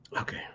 Okay